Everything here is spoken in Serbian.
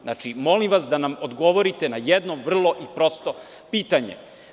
Znači, molim vas da nam odgovorite na jedno vrlo i prosto pitanje.